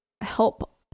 help